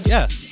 Yes